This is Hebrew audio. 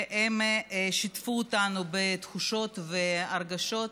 והם שיתפו אותנו בתחושות והרגשות,